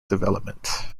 development